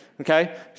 okay